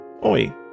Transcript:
Oi